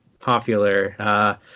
popular